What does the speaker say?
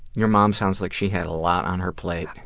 your mom sounds like she had a lot on her plate.